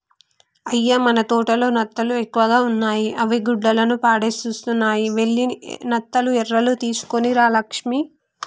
అయ్య మన తోటలో నత్తలు ఎక్కువగా ఉన్నాయి అవి గుడ్డలను పాడుసేస్తున్నాయి వెళ్లి నత్త ఎరలు తీసుకొని రా లక్ష్మి